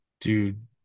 dude